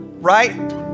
Right